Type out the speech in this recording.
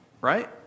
Right